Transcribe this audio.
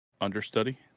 understudy